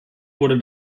wurde